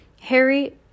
Harry